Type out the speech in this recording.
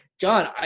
John